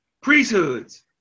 priesthoods